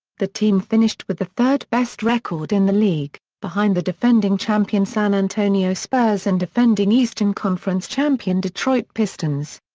the team finished with the third-best record in the league, behind the defending champion san antonio spurs and defending eastern conference champion detroit pistons.